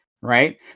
right